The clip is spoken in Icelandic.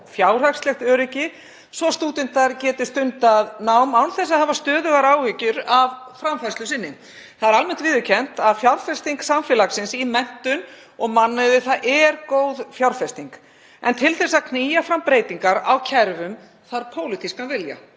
fjárhagslegt öryggi svo stúdentar geti stundað nám án þess að hafa stöðugar áhyggjur af framfærslu sinni. Það er almennt viðurkennt að fjárfesting samfélagsins í menntun og mannauði er góð fjárfesting. En til þess að knýja fram breytingar á kerfum þarf pólitískan vilja.